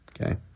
Okay